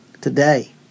Today